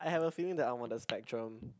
I have a feeling that I'm on the spectrum